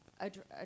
address